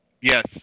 Yes